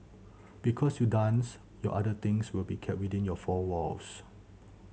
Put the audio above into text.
because your dance your other things will be kept within your four walls